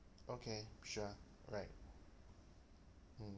okay sure right mm